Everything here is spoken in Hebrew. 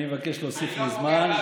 אני מבקש להוסיף לי זמן,